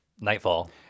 Nightfall